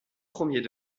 premiers